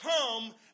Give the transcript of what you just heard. come